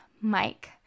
Mike